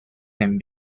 him